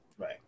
Right